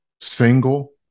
single